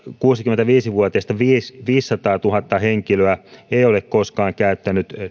kuusikymmentäviisi vuotiaista viisisataatuhatta henkilöä ei ole koskaan käyttänyt